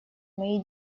моей